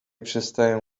przestają